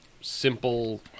simple